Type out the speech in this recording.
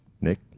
Nick